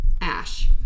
ash